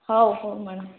ହଉ ହଉ ମ୍ୟାଡ଼ମ୍